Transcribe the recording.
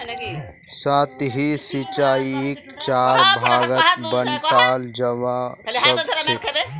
सतही सिंचाईक चार भागत बंटाल जाबा सखछेक